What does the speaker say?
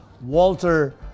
Walter